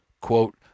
quote